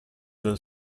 del